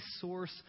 source